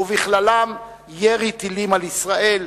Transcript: ובכללם ירי טילים על ישראל.